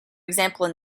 example